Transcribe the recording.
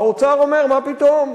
האוצר אומר: מה פתאום?